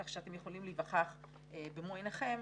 כך שאתם יכולים להיווכח במו עיניכם